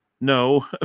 no